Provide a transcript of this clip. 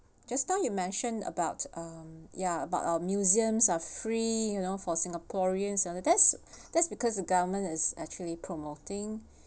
just now you mentioned about um ya but our museums are free you know for singaporeans and that's that's because the government is actually promoting